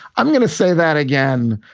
i'm going to say that again.